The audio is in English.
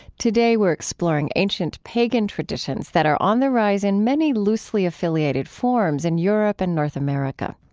today we're exploring ancient pagan traditions that are on the rise in many loosely affiliated forms in europe and north america.